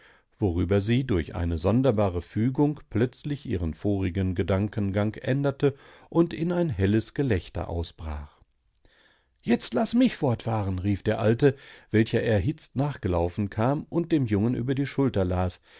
worüber sie durch eine sonderbare fügung plötzlich ihren vorigen gedankengang änderte und in ein helles gelächter ausbrach jetzt laß mich fortfahren rief der alte welcher erhitzt nachgelaufen kam und dem jungen über die schulter las